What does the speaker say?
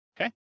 okay